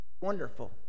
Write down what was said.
wonderful